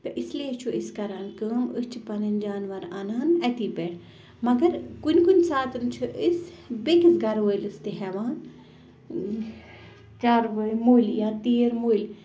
تہٕ اِسلیے چھُ أسۍ کَران کٲم أسۍ چھِ پَنٕںۍ جانوَر اَنان اَتی پٮ۪ٹھ مگر کُنہِ کُنہِ ساتہٕ چھِ أسۍ بیٚکِس گَرٕ وٲلِس تہِ ہیٚوان چاروٲے مٔلۍ یا تیٖر مٔلۍ